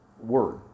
word